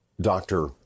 doctor